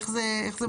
איך זה מבוצע?